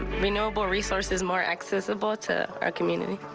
renewable resources more accessible to our community.